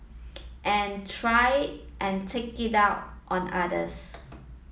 and try and take it out on others